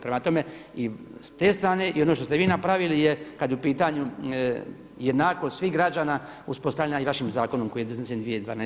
Prema tome i s te strane i ono što ste vi napravili kada je u pitanju jednakost svih građana uspostavljena i vašim zakonom koji je donesen 2012. godine.